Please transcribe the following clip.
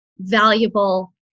valuable